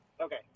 Okay